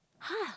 !huh!